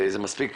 וזה מספיק,